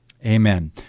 Amen